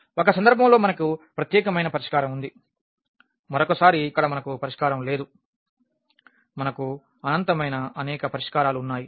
ఒక సందర్భంలో మనకు ప్రత్యేకమైన పరిష్కారం ఉంది మరోసారి ఇక్కడ మనకు పరిష్కారం లేదు మనకు అనంతమైన అనేక పరిష్కారాలు ఉన్నాయి